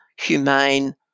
humane